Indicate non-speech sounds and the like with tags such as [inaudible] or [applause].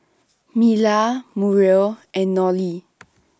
Mila Muriel and Nolie [noise]